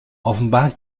offenbar